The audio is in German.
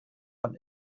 von